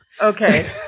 Okay